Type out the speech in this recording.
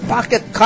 Pocket